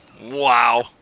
Wow